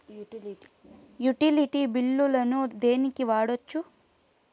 Utility బిల్లులను దేనికి వాడొచ్చు?